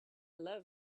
love